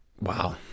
Wow